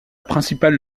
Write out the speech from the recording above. principale